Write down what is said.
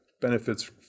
benefits